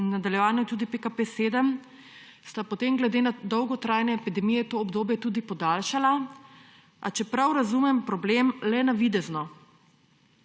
in v nadaljevanju tudi PKP7 sta potem glede na dolgotrajno epidemijo to obdobje tudi podaljšala, a če prav razumem problem, le navidezno.